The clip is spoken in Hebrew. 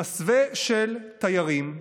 במסווה של תיירים,